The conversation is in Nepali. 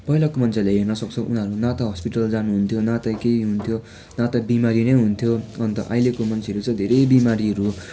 पहिलाको मान्छेहरूलाई हेर्न सक्छौँ उनीहरू न त हस्पिटल जानु हुन्थ्यो न त केही हुन्थ्यो न त बिमारी नै हुन्थ्यो अन्त अहिलेको मान्छेहरू धेरै बिमारीहरू